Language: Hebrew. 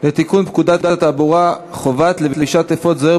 לתיקון פקודת התעבורה (חובת לבישת אפוד זוהר